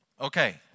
Okay